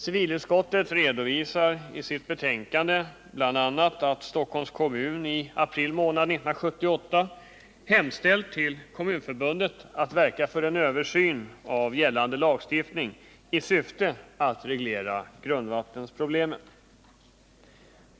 Civilutskottet redovisar i sitt betänkande bl.a. att Stockholms kommun i april månad 1978 hemställt till Kommunförbundet att verka för en översyn av gällande lagstiftning i syfte att reglera grundvattensproblemen.